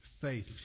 faith